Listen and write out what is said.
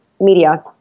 media